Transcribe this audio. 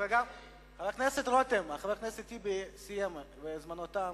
חבר הכנסת רותם, חבר הכנסת טיבי סיים וזמנו תם.